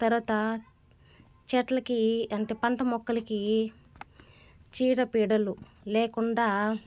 తర్వాత చెట్లకి అంటే పంట మొక్కలకి చీడ పీడలు లేకుండా